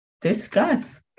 discuss